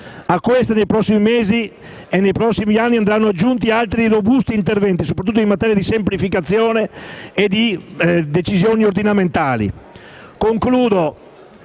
A queste, nei prossimi mesi e anni, andranno aggiunti altri robusti interventi, soprattutto in materia di semplificazioni e di decisioni ordinamentali.